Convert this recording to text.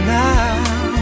now